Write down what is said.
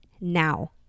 now